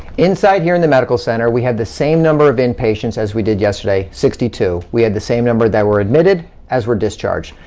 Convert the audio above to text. inside, here in the medical center, we have the same number if inpatients as we did yesterday, sixty two. we had the same number that were admitted, as were discharged.